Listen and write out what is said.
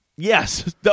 Yes